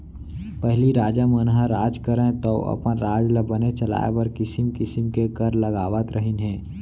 पहिली राजा मन ह राज करयँ तौ अपन राज ल बने चलाय बर किसिम किसिम के कर लगावत रहिन हें